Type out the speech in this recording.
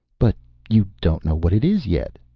but you don't know what it is yet,